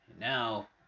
Now